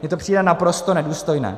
Mně to přijde naprosto nedůstojné.